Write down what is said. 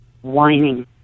whining